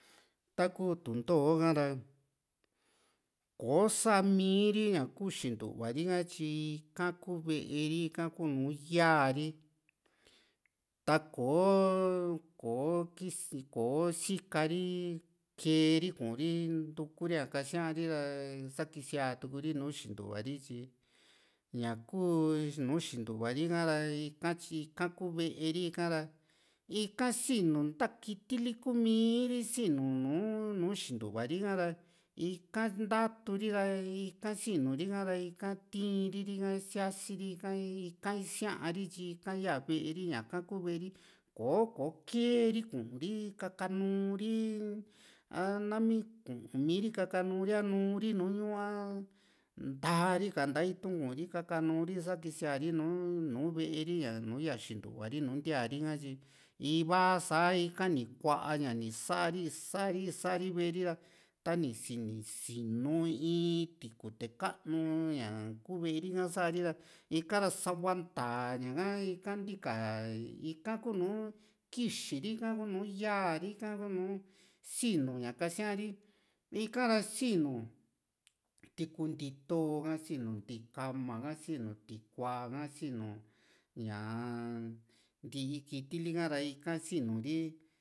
taku túntoo ha ra koò´o saa miri ña kuu xintuva ri ha tyi ika kuu ve´e ri ika ku nùù yaari ta kò´o kò´o ko sikari kee ri Kuri ntuku ria kasia ri ra sa kisiatuu ri nùù xintuva ri ñakuu nùù xintuva ri´ha ra ika tyi ika kuu ve´e ri ika ra ika sinu ntaa kuumi ri sinu nùù nu xintuva ri´ha ra ika ntaaturi ra ika sinuri ha´ra tii´n ri rika ika sia´si ri ika ika isari tyi ika yaari tyi ika ya ve´e ri ñaka kuu ve´e ri kò´o kò´o keeri kuu ri kaka nuuri a nami kuumi ri kaka Nuri a nuu´ri nùù ñuu a nta´a ri ka nta itu´n kuu ri kaka Nuri sa kisiari nùù ve´e ri ña nùù ya xintuva ri nuya ri´ha tyi ivaa sa ika ni kuaa ña ni sa´a ri i+ sari i´sari ve´e ri ra tani sini nisinu in tikute kanuu ña kuu ve´e ri a sa´ri ika ra savanta ñaa ka ika ntiika ika kuu nùù kixii ri ka kunu yaa ri ika kunu sinuña kasia´ri ika ra sinu ti ku nti´tó ka sinu nti´kama ha sinu tikua ha sinu ña ntii kiti li´ka ra ika sinu ri